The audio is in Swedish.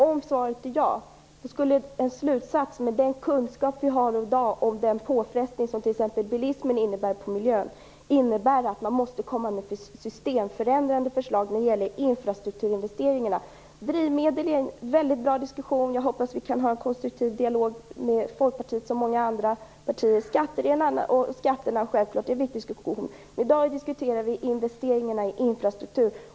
Om svaret är ja skulle en slutsats, med den kunskap vi i dag har om den påfrestning som bilismen innebär på miljön, vara att man måste komma med systemförändrande förslag när det gäller infrastrukturinvesteringarna. Drivmedel är det väldigt viktigt att diskutera, och jag hoppas att vi kan få en konstruktiv dialog med Folkpartiet och andra partier. Det är naturligtvis också viktigt att diskutera skatterna, men i dag diskuterar vi investeringarna i infrastrukturen.